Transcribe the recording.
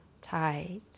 tight